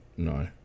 No